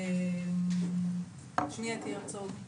אני אתי הרצוג,